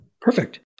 Perfect